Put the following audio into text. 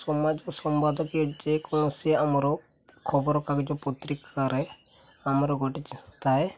ସମାଜ ସମ୍ବାଦ କି ଯେକୌଣସି ଆମର ଖବରକାଗଜ ପତ୍ରିକାରେ ଆମର ଗୋଟେ ଥାଏ